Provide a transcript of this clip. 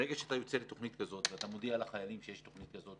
ברגע שאתה יוצא עם תוכנית כזאת ואתה מודיע לחיילים שיש תוכנית כזאת,